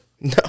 No